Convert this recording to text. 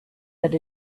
that